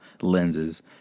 lenses